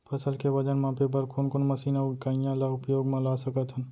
फसल के वजन मापे बर कोन कोन मशीन अऊ इकाइयां ला उपयोग मा ला सकथन?